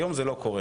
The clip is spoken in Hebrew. היום זה לא קורה.